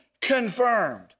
confirmed